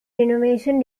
renovation